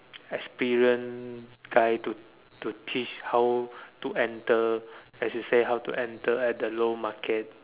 experienced guy to to teach how to enter as you say how to enter at the low market